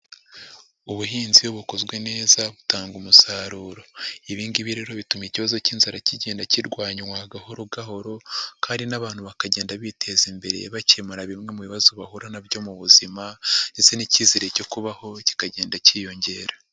Ubuhinzi bukozwe neza butanga umusaruro, ibi ngibi rero bituma ikibazo cy'inzara kigenda kirwanywa gahoro gahoro kandi n'abantu bakagenda biteza imbere, bakemura bimwe mu bibazo bahura na byo mu buzima ndetse n'icyizere cyo kubaho kikagenda cyiyongera.